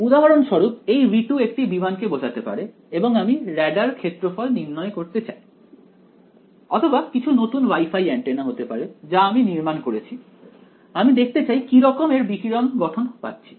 উদাহরণস্বরূপ এই V2 একটি বিমান কে বোঝাতে পারে এবং আমি ব়্যাডার ক্ষেত্রফল নির্ণয় করতে চাই অথবা কিছু নতুন ওয়াইফাই এন্টেনা হতে পারে যা আমি নির্মাণ করেছি আমি দেখতে চাই কি রকম এর বিকিরণ গঠন পাচ্ছি